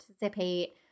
participate